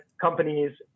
companies